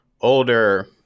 older